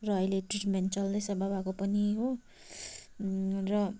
र अहिले ट्रिटमेन्ट चल्दैछ बाबाको पनि हो र